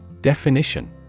Definition